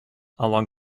along